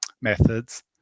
methods